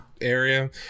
area